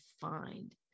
find